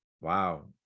Wow